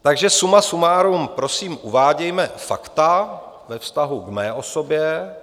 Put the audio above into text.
Takže suma sumárum, prosím, uvádějme fakta ve vztahu k mé osobě.